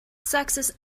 success